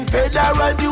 Federal